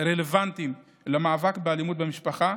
רלוונטיים למאבק באלימות במשפחה,